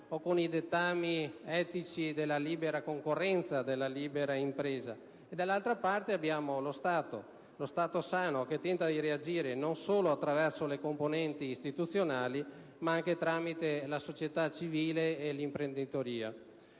o con i dettami etici della libera concorrenza e della libera impresa; dall'altro, abbiamo lo Stato: lo Stato sano che tenta di reagire non solo attraverso le componenti istituzionali, ma anche tramite la società civile e l'imprenditoria.